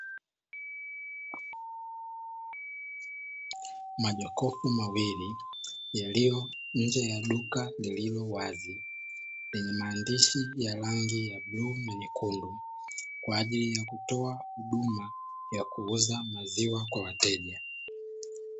Majokofu mawili yaliyo nje ya duka lililo wazi lenye maandishi ya rangi ya bluu na nyekundu kwa ajili ya kutoa huduma ya kuuza maziwa kwa wateja.